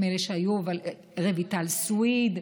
רויטל סויד,